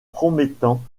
promettant